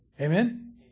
Amen